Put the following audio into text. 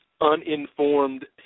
uninformed